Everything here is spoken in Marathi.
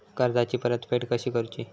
कर्जाची परतफेड कशी करुची?